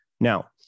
Now